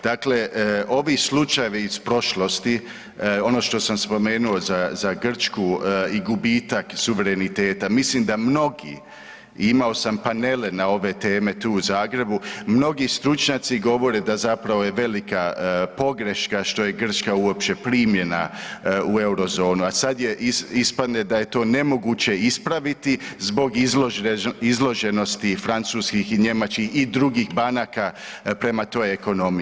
Dakle, ovi slučajevi iz prošlosti, ono što sam spomenuo za, za Grčku i gubitak suvereniteta, mislim da mnogi, imao sam panele na ove teme tu u Zagrebu, mnogi stručnjaci govore da zapravo je velika pogreška što je Grčka uopće primljena u Eurozonu, a sad je ispadne da je to nemoguće ispraviti zbog izloženosti francuskih i njemačkih i drugih banaka prema toj ekonomiji.